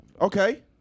okay